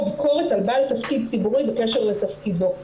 ביקורת על בעל תפקיד ציבורי בקשר לתפקידו.